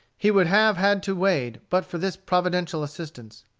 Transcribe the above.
he would have had to wade but for this providential assistance.